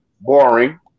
boring